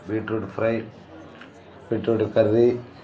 beetroot fry beetroot curry